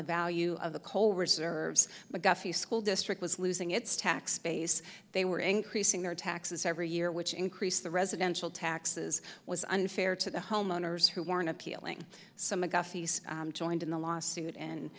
the value of the coal reserves mcguffey school district was losing its tax base they were increasing their taxes every year which increase the residential taxes was unfair to the homeowners who weren't appealing some mcguffey's joined in the lawsuit and